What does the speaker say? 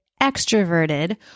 extroverted